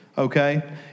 Okay